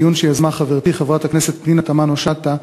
דיון שיזמה חברתי חברת הכנסת פנינה תמנו-שטה.